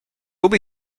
will